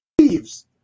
leaves